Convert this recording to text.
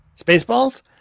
Spaceballs